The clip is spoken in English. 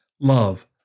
love